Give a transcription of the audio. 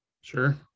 sure